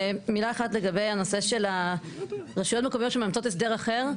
מילה אחת לגבי הנושא של הרשויות המקומיות שמאמצות הסדר אחר.